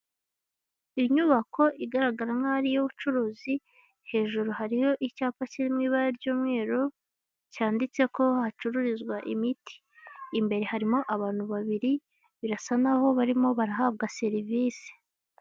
Inyubako igaragara nk'aho ari iy'ubucuruzi, hejuru hariyo icyapa kiri mu ibara ry'umweru cyanditse ko hacururizwa imiti, imbere harimo abantu babiri birasa n'aho barimo barahabwa serivisi.